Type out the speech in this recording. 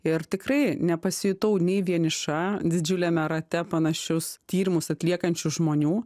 ir tikrai nepasijutau nei vieniša didžiuliame rate panašius tyrimus atliekančių žmonių